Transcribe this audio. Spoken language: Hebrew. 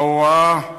ההוראה,